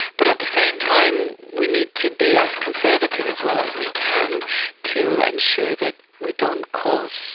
but at the same time we need to be as conservative as well as we can to ensure that we don't cause